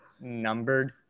numbered